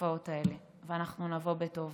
בתופעות האלה, ואנחנו נבוא בטוב.